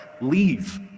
leave